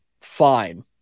fine